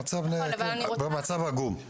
המצב עגום.